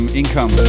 income